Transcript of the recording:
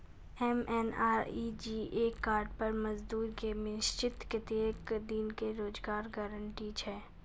MNREGA card पर मजदुर के निश्चित कत्तेक दिन के रोजगार गारंटी छै?